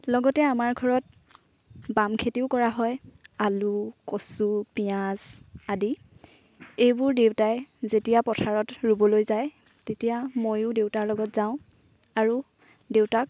লগতে আমাৰ ঘৰত বাম খেতিও কৰা হয় আলু কচু পিয়াঁজ আদি এইবোৰ দেউতাই যেতিয়া পথাৰত ৰুবলৈ যায় তেতিয়া মইও দেউতাৰ লগত যাওঁ আৰু দেউতাক